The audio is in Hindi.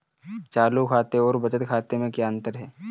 चालू खाते और बचत खाते में क्या अंतर है?